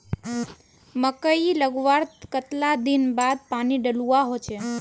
मकई लगवार कतला दिन बाद पानी डालुवा होचे?